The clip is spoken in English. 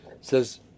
says